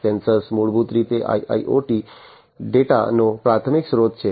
sensor મૂળભૂત રીતે IIoT ડેટાનો પ્રાથમિક સ્ત્રોત છે